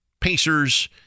Pacers